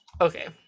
Okay